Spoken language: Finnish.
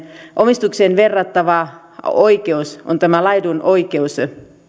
omistukseen verrattava oikeus tämä laidunoikeus